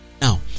Now